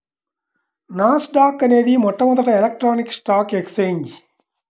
నాస్ dock అనేది మొట్టమొదటి electronic stock exchange